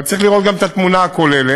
אבל צריך לראות את התמונה הכוללת.